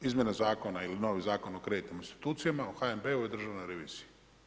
Izmjena zakona ili novi Zakon o kreditnim institucijama, o HNB-u i o državnoj reviziji.